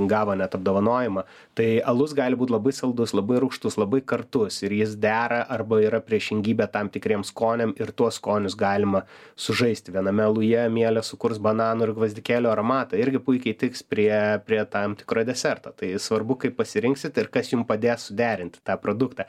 gavo net apdovanojimą tai alus gali būt labai saldus labai rūgštus labai kartus ir jis dera arba yra priešingybė tam tikriems skoniam ir tuos skonius galima sužaisti viename aluje mielės sukurs bananų ir gvazdikėlių aromatą irgi puikiai tiks prie prie tam tikro deserto tai svarbu kaip pasirinksit ir kas jum padės suderinti tą produktą